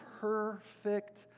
perfect